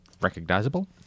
recognizable